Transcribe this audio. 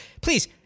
please